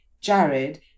Jared